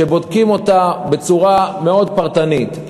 שבודקים אותה בצורה מאוד פרטנית,